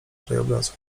krajobrazu